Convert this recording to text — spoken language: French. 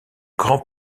grand